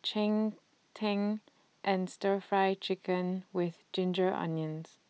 Cheng Tng and Stir Fry Chicken with Ginger Onions